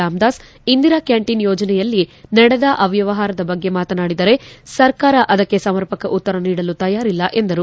Ramdas Indira canteen ಯೋಜನೆಯಲ್ಲಿ ನಡೆದ ಅವ್ವವಹಾರದ ಬಗ್ಗೆ ಮಾತನಾಡಿದರೆ ಸರ್ಕಾರ ಅದಕ್ಕೆ ಸಮರ್ಪಕ ಉತ್ತರ ನೀಡಲು ತಯಾರಿಲ್ಲ ಎಂದರು